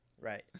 Right